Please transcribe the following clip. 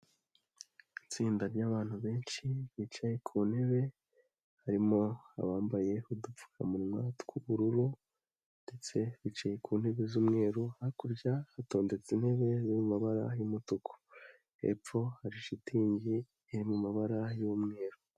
Itsinda ry'abantu benshi bicaye ku ntebe, harimo abambaye udupfukamunwa tw'ubururu ndetse bicaye ku ntebe z'umweru, hakurya hatondetse intebe z'amabara y'umutuku, hepfo hari shitingi iri mu mabara y'umweru.